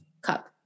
cup